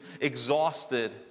exhausted